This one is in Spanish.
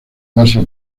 base